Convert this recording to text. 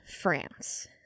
France